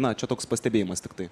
na čia toks pastebėjimas tiktai